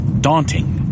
daunting